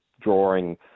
drawing